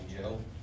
Joe